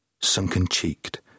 sunken-cheeked